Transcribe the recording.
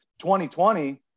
2020